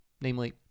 Namely